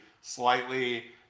slightly